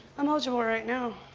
i'm eligible right now.